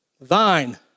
thine